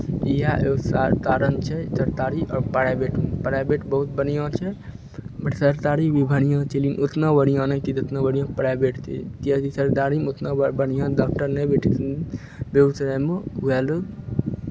इएह एदो तारण छै सरतारी आओर प्राइवेटमे प्राइवेट बहुत बढ़िआँ छै सरतारी भी बढ़िआँ छै लेतिन ओतना बढ़िआँ नहि छै जेतना बढ़िआँ प्राइवेट छै तिएति सरतारीमे ओतना बढ़िआँ डाक्टर नहि बैठै छै बेगुसरायमे उएह लेल